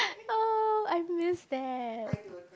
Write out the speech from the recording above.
oh I miss that